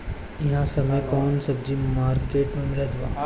इह समय कउन कउन सब्जी मर्केट में मिलत बा?